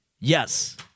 Yes